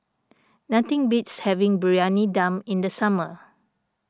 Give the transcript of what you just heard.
nothing beats having Briyani Dum in the summer